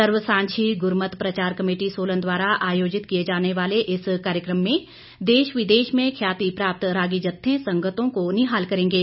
Sarvsanjhi Gurmat Prachar committee Solan द्वारा आयोजित किए जाने वाले इस कार्यक्रम में देश विदेश में ख्याति प्राप्त रागी जत्थे संगतों को निहाल करेंगे